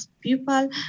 people